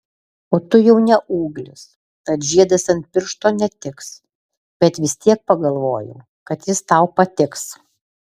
o tu jau ne ūglis tad žiedas ant piršto netiks bet vis tiek pagalvojau kad jis tau patiks